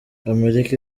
amerika